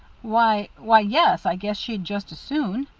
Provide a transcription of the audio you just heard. why why, yes, i guess she'd just as soon.